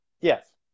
Yes